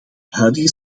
huidige